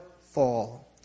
fall